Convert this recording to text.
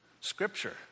scripture